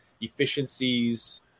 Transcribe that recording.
efficiencies